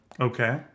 Okay